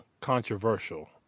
controversial